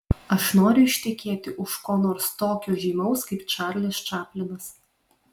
aš noriu ištekėti už ko nors tokio žymaus kaip čarlis čaplinas